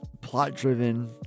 plot-driven